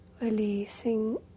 releasing